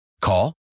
Call